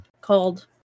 called